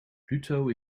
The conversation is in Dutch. pluto